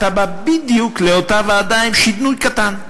אתה בא בדיוק לאותה ועדה עם שינוי קטן.